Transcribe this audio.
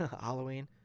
Halloween